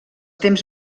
temps